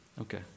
Okay